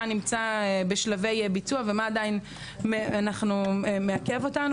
מה שנמצא בשלבי ביצוע ומה שעדיין מעכב אותנו.